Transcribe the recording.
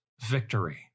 victory